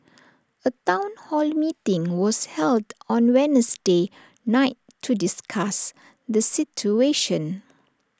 A Town hall meeting was held on Wednesday night to discuss the situation